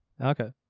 Okay